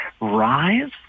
rise